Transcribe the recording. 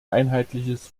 einheitliches